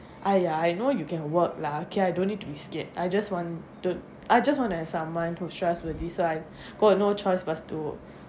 !aiya! I know you can work lah okay I don't need to be scared I just want to I just want to have someone to trust with this [one] go or no choice must to